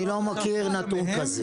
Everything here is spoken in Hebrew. אני לא מכיר נתון כזה.